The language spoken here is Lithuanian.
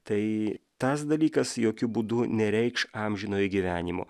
tai tas dalykas jokiu būdu nereikš amžinojo gyvenimo